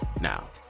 Now